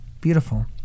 Beautiful